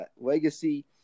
legacy